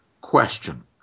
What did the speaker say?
question